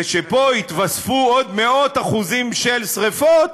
שפה התווספו עוד מאות אחוזים של שרפות,